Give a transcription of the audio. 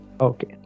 Okay